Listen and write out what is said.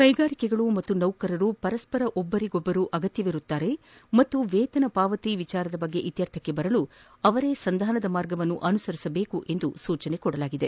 ಕೈಗಾರಿಕೆಗಳು ಮತ್ತು ನೌಕರರು ಪರಸ್ಪರ ಒಬ್ಬರಿಗೊಬ್ಬರು ಅಗತ್ಯವಿರುತ್ತಾರೆ ಮತ್ತು ವೇತನ ಪಾವತಿ ವಿಷಯದ ಬಗ್ಗೆ ಇತ್ಯರ್ಥಕ್ಕೆ ಬರಲು ಅವರೇ ಸಂಧಾನದ ಮಾರ್ಗ ಅನುಸರಿಸಬೇಕು ಎಂದು ಸೂಚಿಸಿದೆ